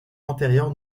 antérieure